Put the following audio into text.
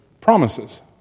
promises